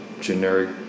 generic